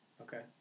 Okay